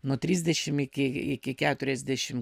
nuo trisdešim iki iki keturiasdešim